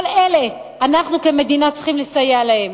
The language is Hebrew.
כל אלה, אנחנו, כמדינה, צריכים לסייע להם.